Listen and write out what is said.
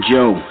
Joe